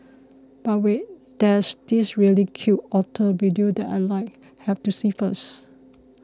but wait there's this really cute otter video that I like have to see first